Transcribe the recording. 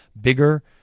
bigger